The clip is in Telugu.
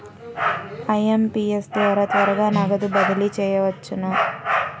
ఐ.ఎం.పీ.ఎస్ ద్వారా త్వరగా నగదు బదిలీ చేయవచ్చునా?